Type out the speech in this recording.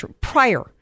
prior